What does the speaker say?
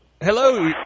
Hello